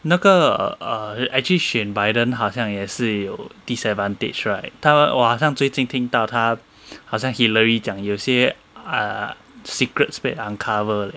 那个 err actually 选 biden 好像也是有 disadvantage right 他我好像最近听到他好像 hillary 讲有些 err secrets 被 uncovered leh